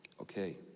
Okay